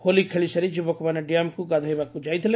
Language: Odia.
ହୋଲି ଖେଳିସାରି ଯୁବକମାନେ ଡ୍ୟାମକୁ ଗାଧୋଇବାକୁ ଯାଇଥିଲେ